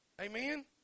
Amen